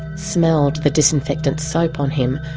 smelled the disinfectant soap on him,